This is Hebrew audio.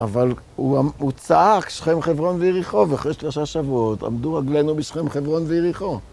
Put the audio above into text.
אבל הוא צעק שכם חברון ויריחו, ואחרי שלושה שבועות עמדו רגלינו בשכם חברון ויריחו.